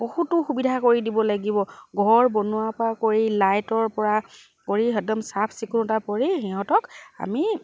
বহুতো সুবিধা কৰি দিব লাগিব ঘৰ বনোৱা পৰা কৰি লাইটৰ পৰা কৰি একদম চাফ চিকুণতাৰ কৰি সিহঁতক আমি